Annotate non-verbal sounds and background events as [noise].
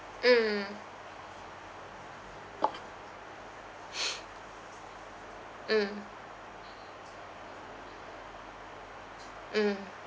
mm [noise] mm mm